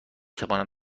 توانم